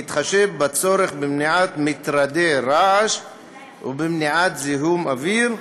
בהתחשב בצורך במניעת מטרדי רעש ובמניעת זיהום אוויר,